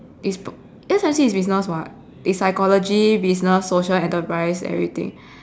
is p~ S_M_C is business [what] is psychology business social enterprise everything